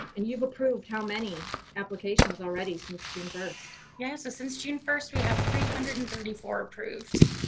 and you've approved how many applications already since june first? yeah, so since june first we have three hundred and thirty four approved.